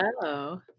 Hello